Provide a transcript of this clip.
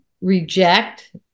reject